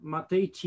Matei